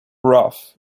rough